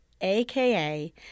aka